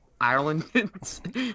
Ireland